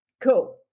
cool